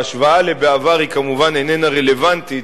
ההשוואה לעבר כמובן איננה רלוונטית,